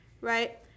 right